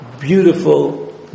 beautiful